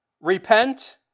repent